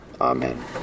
Amen